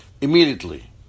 immediately